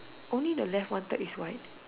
only the left one third is white